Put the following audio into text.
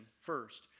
first